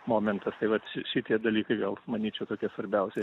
momentas tai vat ši šitie dalykai vėl manyčiau tokie svarbiausi